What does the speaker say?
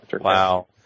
Wow